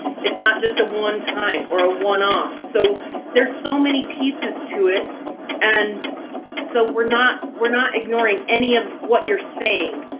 it's not just a one time or a one off so there's so many pieces to it and so we're not. we're not ignoring any of what you're saying,